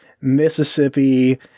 Mississippi